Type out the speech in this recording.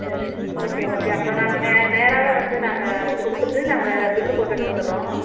சரி okay okay அப்போ நாங்கள் நே நேராகவே வந்து நாங்கள் கொடுத்துட்டு நாங்கள் பில்லு போட்டுட்டு வந்துடுறோம்